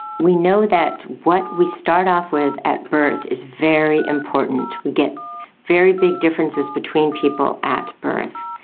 we know that what we start off with at birth is very important, we get very big differences between people at birth.